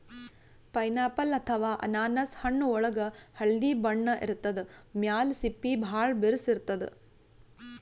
pineapple ಅಥವಾ ಅನಾನಸ್ ಹಣ್ಣ್ ಒಳ್ಗ್ ಹಳ್ದಿ ಬಣ್ಣ ಇರ್ತದ್ ಮ್ಯಾಲ್ ಸಿಪ್ಪಿ ಭಾಳ್ ಬಿರ್ಸ್ ಇರ್ತದ್